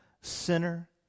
sinner